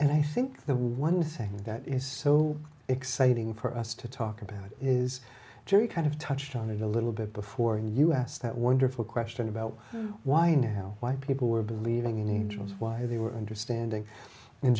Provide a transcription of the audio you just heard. and i think the one thing that is so exciting for us to talk about is very kind of touched on it a little bit before us that wonderful question about why now why people were believing in ages why they were understanding and